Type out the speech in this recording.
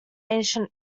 ancient